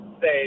say